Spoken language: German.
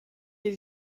hier